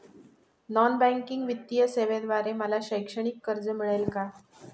Non banking वित्तीय सेवेद्वारे मला शैक्षणिक कर्ज मिळेल का?